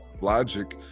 logic